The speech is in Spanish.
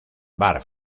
bar